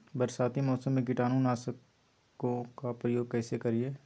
बरसाती मौसम में कीटाणु नाशक ओं का प्रयोग कैसे करिये?